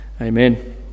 Amen